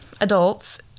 adults